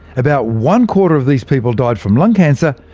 about one quarter of these people died from lung cancer,